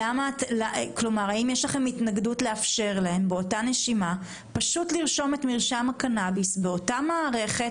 האם יש לכם התנגדות לאפשר להם לרשום מרשם לקנביס באותה מערכת,